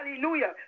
Hallelujah